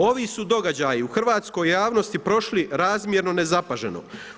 Ovi su događaji u hrvatskoj javnosti prošli razmjerno nezapaženo.